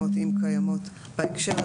אם קיימות בהקשר הזה,